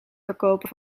verkopen